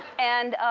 and,